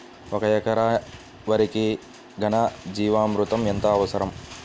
ఒక ఎకరా వరికి ఘన జీవామృతం ఎంత అవసరం?